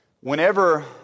Whenever